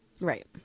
Right